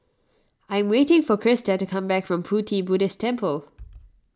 I am waiting for Krista to come back from Pu Ti Buddhist Temple